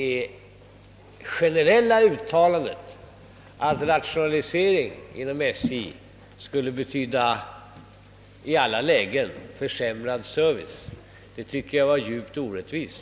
Nu vill jag bara säga att det generella uttalande som herr Eliasson i Moholm gjorde om att en rationalisering inom SJ i alla lägen skulle betyda försämrad service var djupt orättvist.